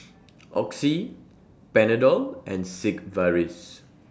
Oxy Panadol and Sigvaris